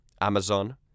Amazon